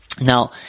Now